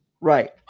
Right